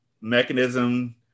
Mechanism